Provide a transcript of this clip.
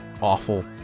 awful